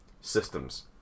Systems